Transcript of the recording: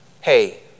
Hey